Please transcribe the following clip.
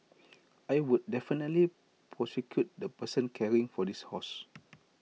I would definitely prosecute the person caring for this horse